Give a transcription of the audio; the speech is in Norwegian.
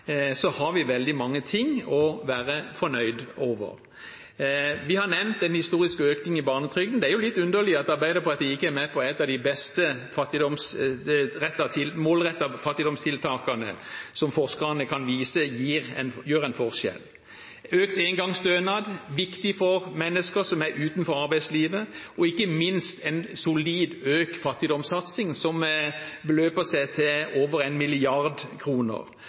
har vi veldig mange ting å være fornøyd med. Vi har nevnt en historisk økning i barnetrygden – det er jo litt underlig at Arbeiderpartiet ikke er med på et av de mest målrettede fattigdomstiltakene, som forskerne kan vise at gjør en forskjell. Økt engangsstønad er viktig for mennesker som står utenfor arbeidslivet. Ikke minst er en solid økt fattigdomssatsing, som beløper seg til over